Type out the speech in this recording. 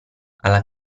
alla